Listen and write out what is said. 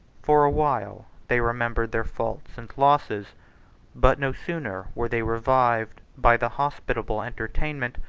for a while they remembered their faults and losses but no sooner were they revived by the hospitable entertainment,